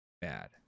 Bad